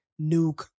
Nuke